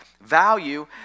Value